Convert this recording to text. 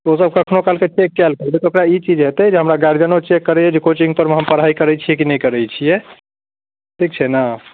ओसब कखनो कालके चेक कएल करबै तऽ ओकरा ई चीज हेतै जे हमरा गार्जिअनो चेक करैए कि कोचिङ्गपरमे हम पढ़ाइ करै छिए कि नहि करै छिए ठीक छै ने